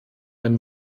ein